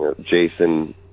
Jason